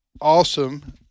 awesome